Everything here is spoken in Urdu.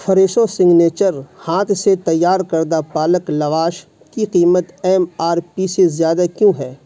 فریشو سگنیچر ہاتھ سے تیار کردہ پالک لواش کی قیمت ایم آر پی سے زیادہ کیوں ہے